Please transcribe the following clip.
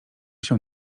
się